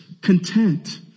content